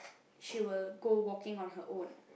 she will go walking on her own